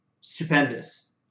stupendous